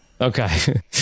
Okay